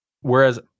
whereas